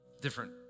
different